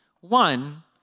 One